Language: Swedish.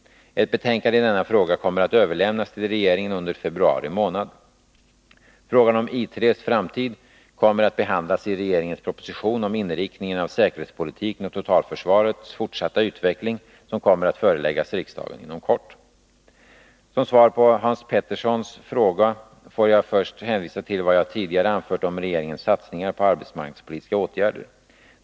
Ett betänkande i denna fråga kommer att överlämnas till regeringen under februari månad. Frågan om I 3:s framtid kommer att behandlas i regeringens proposition om inriktningen av säkerhetspolitiken och totalförsvarets fortsatta utveckling, som kommer att föreläggas riksdagen inom kort. Som svar på Hans Peterssons fråga får jag först hänvisa till vad jag tidigare anfört om regeringens satsningar på arbetsmarknadspolitiska åtgärder.